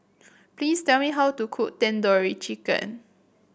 please tell me how to cook Tandoori Chicken